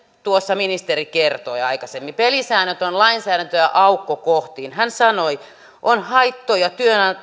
tuossa ministeri kertoi aikaisemmin pelisäännöt ovat lainsäädäntöä aukkokohtiin hän sanoi että on haittoja